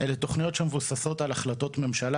אלו תוכניות שמבוססות על החלטות ממשלה